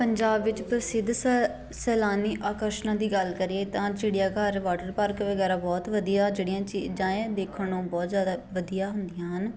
ਪੰਜਾਬ ਵਿੱਚ ਪ੍ਰਸਿੱਧ ਸ ਸੈਲਾਨੀ ਆਕਰਸ਼ਨਾਂ ਦੀ ਗੱਲ ਕਰੀਏ ਤਾਂ ਚਿੜੀਆ ਘਰ ਵਾਟਰ ਪਾਰਕ ਵਗੈਰਾ ਬਹੁਤ ਵਧੀਆ ਜਿਹੜੀਆਂ ਚੀਜ਼ਾਂ ਹੈ ਦੇਖਣ ਨੂੰ ਬਹੁਤ ਜ਼ਿਆਦਾ ਵਧੀਆ ਹੁੰਦੀਆਂ ਹਨ